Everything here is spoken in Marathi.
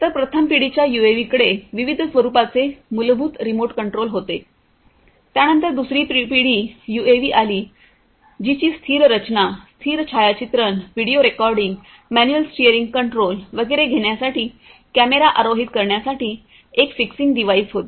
तर प्रथम पिढीच्या यूएव्हीकडे विविध स्वरुपाचे मूलभूत रिमोट कंट्रोल होते त्यानंतर दुसरी पीढी युएव्ही आली जिची स्थिर रचना स्थिर छायाचित्रण video recording manual steering control वगैरे घेण्यासाठी कॅमेरा आरोहित करण्यासाठी एक फिक्सिंग डिव्हाइस होते